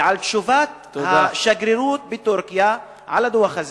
ועל תשובת השגרירות בטורקיה על הדוח הזה.